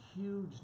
huge